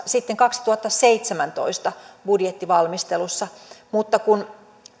sitten kaksituhattaseitsemäntoista budjettivalmistelussa mutta kun